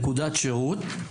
נקודת שירות,